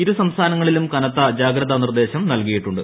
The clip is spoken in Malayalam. ഇരു സംസ്ഥാനങ്ങളിലും കനത്ത ജാഗ്രതാ നിർദ്ദേശം നൽകി യിട്ടുണ്ട്